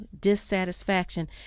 dissatisfaction